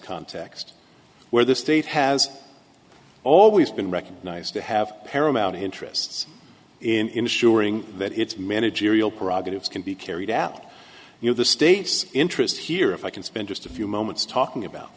context where the state has always been recognized to have paramount interests in ensuring that its managerial prerogatives can be carried out you know the state's interest here if i can spend just a few moments talking about